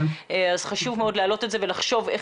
אז חשוב מאוד להעלות את זה ולחשוב איך